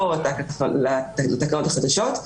לא הועתק לתקנות החדשות.